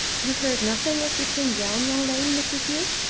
you heard nothing as you came down yon lane, mr. hugh?